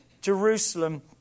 Jerusalem